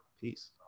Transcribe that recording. Peace